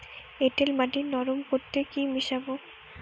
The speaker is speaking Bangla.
এঁটেল মাটি নরম করতে কি মিশাব?